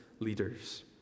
Leaders